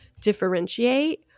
differentiate